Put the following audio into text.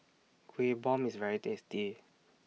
Kuih Bom IS very tasty